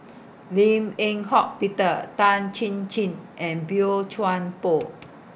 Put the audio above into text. Lim Eng Hock Peter Tan Chin Chin and Boey Chuan Poh